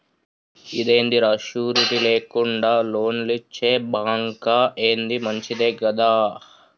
ఇదేందిరా, షూరిటీ లేకుండా లోన్లిచ్చే బాంకా, ఏంది మంచిదే గదా